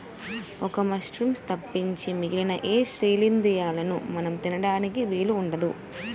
ఒక్క మశ్రూమ్స్ తప్పించి మిగిలిన ఏ శిలీంద్రాలనూ మనం తినడానికి వీలు ఉండదు